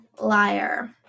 Liar